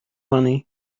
money